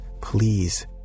please